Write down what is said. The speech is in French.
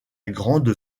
grande